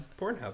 Pornhub